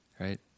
right